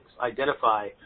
Identify